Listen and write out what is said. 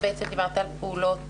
בעצם עכשיו דיברת על פעולות --- לא,